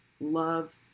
love